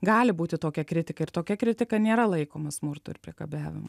gali būti tokia kritika ir tokia kritika nėra laikoma smurtu ir priekabiavimu